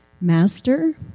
Master